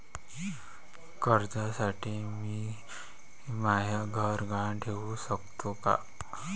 कर्जसाठी मी म्हाय घर गहान ठेवू सकतो का